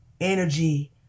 energy